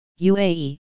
UAE